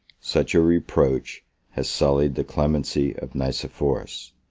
such a reproach has sullied the clemency of nicephorus,